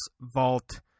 vault